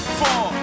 four